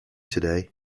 today